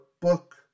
book